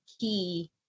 key